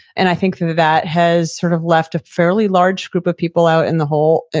and i think that that has sort of left a fairly large group of people out in the whole,